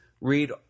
read